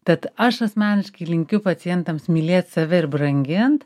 tad aš asmeniškai linkiu pacientams mylėt save ir brangint